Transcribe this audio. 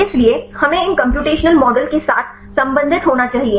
इसलिए हमें इन कम्प्यूटेशनल मॉडल के साथ संबंधित होना चाहिए